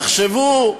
תחשבו,